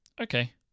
Okay